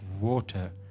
water